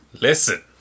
Listen